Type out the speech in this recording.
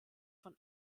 von